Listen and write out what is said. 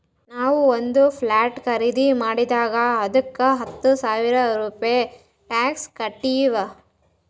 ನಾವು ಒಂದ್ ಪ್ಲಾಟ್ ಖರ್ದಿ ಮಾಡಿದಾಗ್ ಅದ್ದುಕ ಹತ್ತ ಸಾವಿರ ರೂಪೆ ಟ್ಯಾಕ್ಸ್ ಕಟ್ಟಿವ್